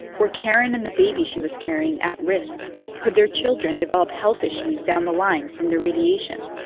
were karen and the baby she was carrying at risk? could their children develop health issues down the line from the radiation?